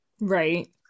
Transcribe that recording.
Right